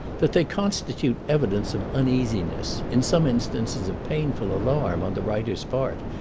that they constitute evidence of uneasiness, in some instances of painful alarm, on the writer's part,